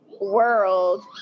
world